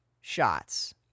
shots